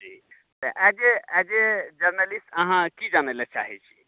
जी तऽ as as a journalist अहाँ की जानै लऽ चाहैत छियै